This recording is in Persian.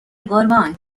قربان